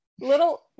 Little